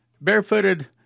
Barefooted